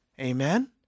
Amen